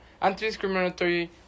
anti-discriminatory